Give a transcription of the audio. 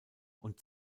und